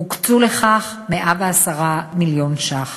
הוקצו לכך 110 מיליון ש"ח.